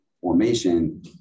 formation